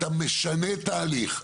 אתה משנה תהליך,